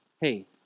hey